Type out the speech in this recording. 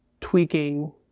tweaking